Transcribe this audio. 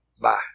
bye